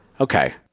okay